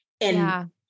and-